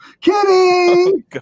Kidding